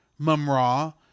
mumra